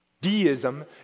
Deism